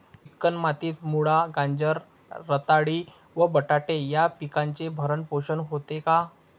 Chicken मातीत मुळा, गाजर, रताळी व बटाटे या पिकांचे भरण पोषण होते का?